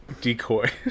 decoy